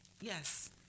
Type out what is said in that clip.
Yes